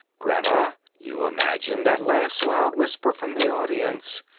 greta, you imagined that last loud whisper from the audience.